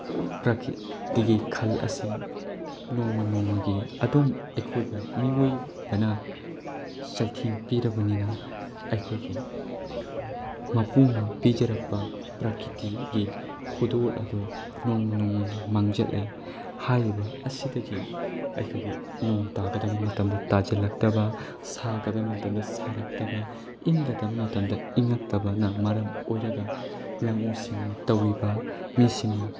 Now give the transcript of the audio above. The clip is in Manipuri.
ꯄ꯭ꯔꯀꯤꯇꯤꯒꯤ ꯈꯜ ꯑꯁꯤ ꯅꯣꯡꯃ ꯅꯣꯡꯃꯒꯤ ꯑꯗꯨꯝ ꯑꯩꯈꯣꯏ ꯃꯤꯑꯣꯏꯕꯅ ꯆꯩꯊꯦꯡ ꯄꯤꯔꯕꯅꯤꯅ ꯑꯩꯈꯣꯏꯒꯤ ꯃꯄꯨꯅ ꯄꯤꯖꯔꯛꯄ ꯄ꯭ꯔꯀꯤꯇꯤꯒꯤ ꯈꯨꯗꯣꯜ ꯑꯗꯣ ꯅꯣꯡꯃ ꯅꯣꯡꯃꯒꯤ ꯃꯥꯡꯁꯤꯜꯂꯛꯑꯦ ꯍꯥꯏꯔꯤꯕ ꯑꯁꯤꯗꯒꯤ ꯑꯩꯈꯣꯏꯒꯤ ꯅꯣꯡ ꯇꯥꯔꯛꯀꯗꯕ ꯃꯇꯝꯗ ꯇꯥꯁꯤꯜꯂꯛꯇꯕ ꯁꯥꯒꯗꯕ ꯃꯇꯝꯗ ꯁꯥꯔꯛꯇꯕ ꯏꯪꯒꯗꯕ ꯃꯇꯝꯗ ꯏꯪꯉꯛꯇꯕꯅ ꯃꯔꯝ ꯑꯣꯏꯔꯒ ꯂꯧꯎ ꯁꯤꯡꯎ ꯇꯧꯔꯤꯕ ꯃꯤꯁꯤꯡꯅ